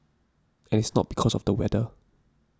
and it's not because of the weather